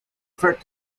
effect